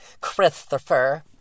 Christopher